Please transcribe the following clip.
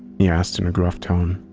he asked in a gruff tone.